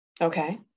Okay